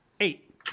Eight